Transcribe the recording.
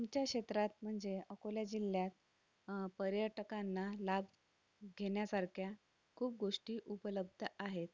आमच्या क्षेत्रात म्हणजे अकोला जिल्ह्यात पर्यटकांना लाभ घेण्यासारख्या खूप गोष्टी उपलब्ध आहेत